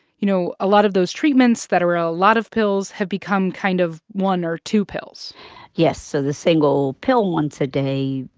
you know, a lot of those treatments that are a lot of pills have become kind of one or two pills yes, so the single pill once a day,